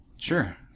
sure